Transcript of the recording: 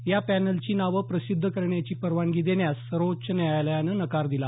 या पॅनलची नावं प्रसिद्ध करण्याची परवानगी देण्यास सर्वोच्च न्यायालयानं नकार दिला